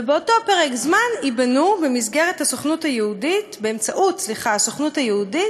ובאותו פרק זמן ייבנו באמצעות הסוכנות היהודית